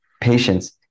patients